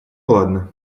ладно